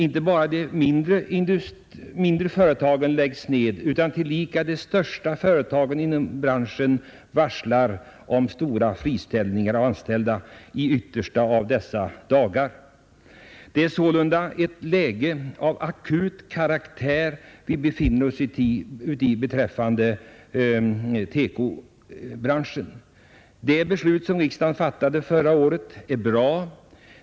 Det är inte bara de mindre företagen som läggs ned, utan de största företagen inom branschen varslar tillika om stora friställningar av anställda i de yttersta av dessa dagar. Vi befinner oss sålunda i ett läge av akut karaktär när det gäller TEKO-branschen. Det beslut som riksdagen fattade förra året är bra.